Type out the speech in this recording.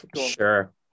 sure